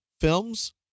films